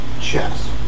chess